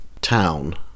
town